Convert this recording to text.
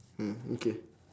mm okay